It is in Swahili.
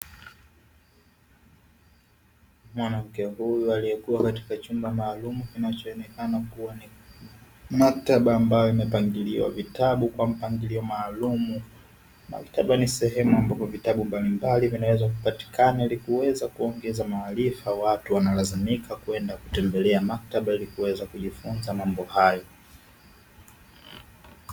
Mwanamke aliyekuwa katika chumba hiki kinachionekana kuwa ni maktaba yenye vitabu vyenye mpangilio maalumu itakuwa ni sehemu ambapo vitabu mbalimbali na watu huweza kutembelea ili kuweza kujifunza mambo mbalimbali katika maktaba hiyo.